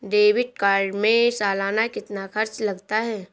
Debit card में सालाना कितना खर्च लगता है?